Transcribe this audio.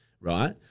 right